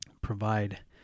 provide